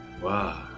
wow